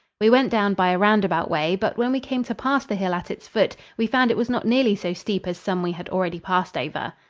we went down by a roundabout way, but when we came to pass the hill at its foot, we found it was not nearly so steep as some we had already passed over.